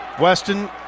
Weston